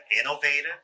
innovative